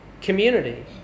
community